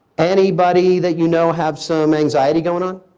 anybody that you know have some anxiety going on?